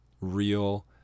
real